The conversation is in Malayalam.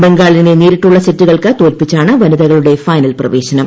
ബംഗാളിനെ നേരിട്ടുള്ള സെറ്റുകൾക്ക് തോൽപ്പിച്ചാണ് വനിതകളുടെ ഫൈനൽ പ്രവേശനം